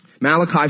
Malachi